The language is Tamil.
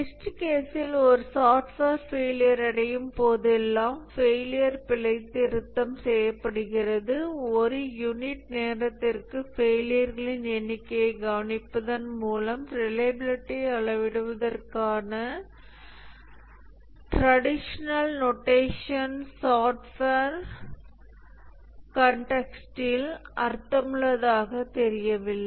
டெஸ்ட் கேஸ்ஸில் ஒரு சாஃப்ட்வேர் ஃபெயிலியர் அடையும் போதெல்லாம் ஃபெயிலியர் பிழைத்திருத்தம் செய்யப்படுகிறது ஒரு யூனிட் நேரத்திற்கு ஃபெயிலியர்களின் எண்ணிக்கையைக் கவனிப்பதன் மூலம் ரிலையபிலிடியை அளவிடுவதற்கான ட்ரெடிஷனல் நோஷன் சாஃப்ட்வேர் கான்டெக்ஸ்ட்டில் அர்த்தமுள்ளதாகத் தெரியவில்லை